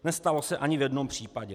Nestalo se ani v jednom případě.